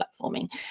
platforming